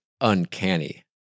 uncanny